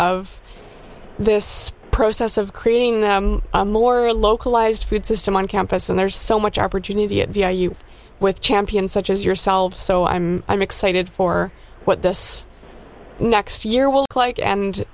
of this process of creating them a more localized food system on campus and there's so much opportunity with champion such as yourselves so i'm i'm excited for what this next year will click and